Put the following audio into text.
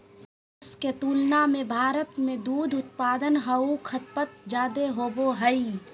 सभे देश के तुलना में भारत में दूध उत्पादन आऊ खपत जादे होबो हइ